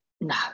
no